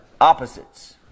opposites